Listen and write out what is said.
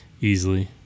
Easily